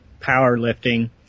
powerlifting